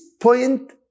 point